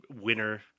winner